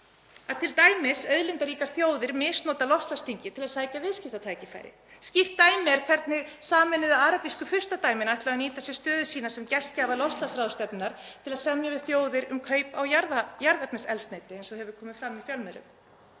að t.d. auðlindaríkar þjóðir misnota loftslagsþingið til að sækja viðskiptatækifæri. Skýrt dæmi er hvernig Sameinuðu arabísku furstadæmin ætla að nýta sér stöðu sína sem gestgjafar loftslagsráðstefnunnar til að semja við þjóðir um kaup á jarðefnaeldsneyti, eins og hefur komið fram í fjölmiðlum.